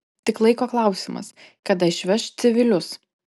tik laiko klausimas kada išveš civilius